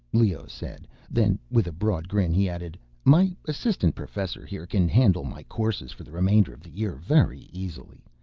leoh said then, with a broad grin, he added, my assistant professor, here, can handle my courses for the remainder of the year very easily.